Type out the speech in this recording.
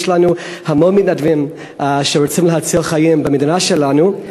יש לנו המון מתנדבים שרוצים להציל חיים במדינה שלנו.